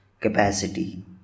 capacity